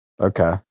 Okay